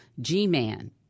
G-Man